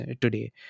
today